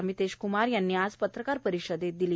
अमितेशक्मार यांनी पत्रकार परिषदेत दिली